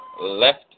left